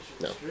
No